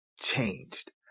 changed